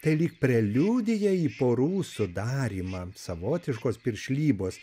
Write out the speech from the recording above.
tai lyg preliudija į porų sudarymą savotiškos piršlybos